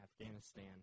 Afghanistan